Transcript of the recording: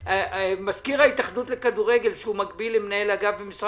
מזכיר ההתאחדות לכדורגל שהוא מקביל למנהל אגף במשרד